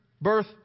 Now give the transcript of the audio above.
birth